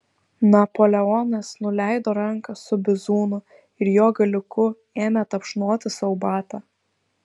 napoleonas nuleido ranką su bizūnu ir jo galiuku ėmė tapšnoti sau batą